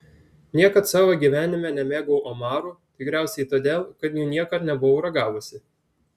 niekad savo gyvenime nemėgau omarų tikriausiai todėl kad jų niekad nebuvau ragavusi